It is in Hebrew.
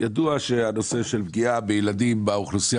ידוע שהנושא של פגיעה בילדים באוכלוסייה